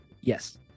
Yes